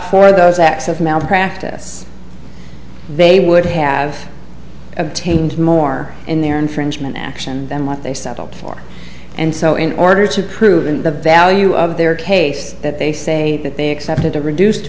for those acts of malpractise they would have obtained more in their infringement action then what they settled for and so in order to prove in the value of their case that they say that they accepted a reduced